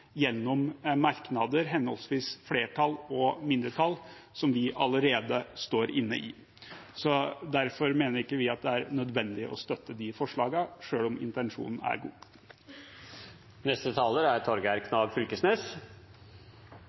gjennom merknader, henholdsvis fra flertall og mindretall, som vi allerede står inne i. Derfor mener ikke vi at det er nødvendig å støtte de forslagene, selv om intensjonen er god.